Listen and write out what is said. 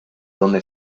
donde